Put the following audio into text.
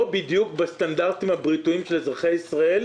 בדיוק בסטנדרטים הבריאותיים של אזרחי ישראל,